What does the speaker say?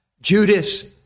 Judas